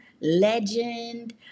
Legend